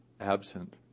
absent